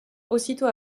aussitôt